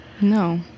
No